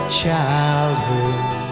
childhood